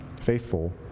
faithful